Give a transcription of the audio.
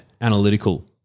Analytical